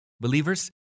Believers